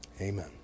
Amen